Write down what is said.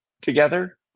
together